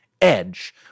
edge